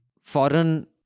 foreign